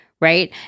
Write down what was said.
right